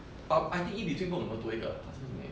but I think in between 不懂有没有多一个好像是没有